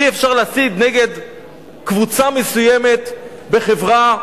אי-אפשר להסית נגד קבוצה מסוימת בחברה,